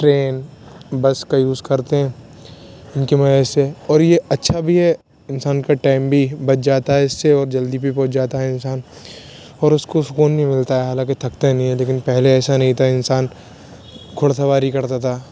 train bus کا use کرتے ہیں ان کی وجہ سے اور یہ اچھا بھی ہے انسان کا ٹائم بھی بچ جاتا ہے اس سے اور جلدی بھی پہنچ جاتا ہے انسان اور اس کو سکون بھی ملتا ہے حالانکہ تھکتا نہیں ہے لیکن پہلے ایسا نہیں تھا انسان گھڑ سواری کرتا تھا